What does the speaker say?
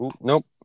nope